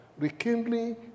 Rekindling